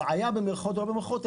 הבעיה במירכאות או לא במירכאות היא